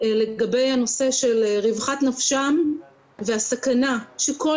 לגבי הנושא של רווחת נפשם והסכנה שכל